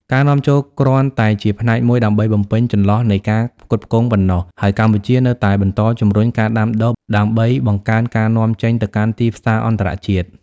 ការនាំចូលគ្រាន់តែជាផ្នែកមួយដើម្បីបំពេញចន្លោះនៃការផ្គត់ផ្គង់ប៉ុណ្ណោះ ហើយកម្ពុជានៅតែបន្តជំរុញការដាំដុះដើម្បីបង្កើនការនាំចេញទៅកាន់ទីផ្សារអន្តរជាតិ។